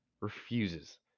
refuses